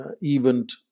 event